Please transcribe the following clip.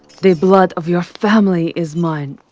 the blood of your family is mine!